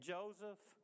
Joseph